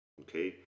Okay